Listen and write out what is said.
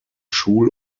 schul